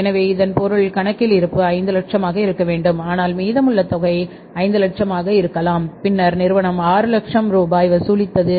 எனவே இதன் பொருள் கணக்கில் இருப்பு 500000 ஆக இருக்க வேண்டும் ஆனால் மீதமுள்ள தொகை 500000 ஆக இருக்கலாம் பின்னர் நிறுவனம் 600000 ரூபாய் வசூலித்தது